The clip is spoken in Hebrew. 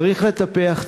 צריך לטפח,